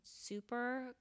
super